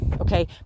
okay